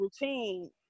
routine